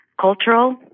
cultural